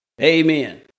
Amen